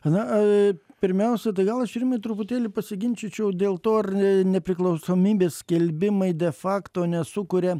na pirmiausia tai gal aš ir jumi truputėlį pasiginčyčiau dėl to ar nepriklausomybės skelbimai de fakto nesukuria